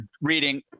reading